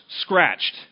scratched